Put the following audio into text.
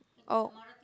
oh